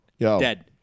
Dead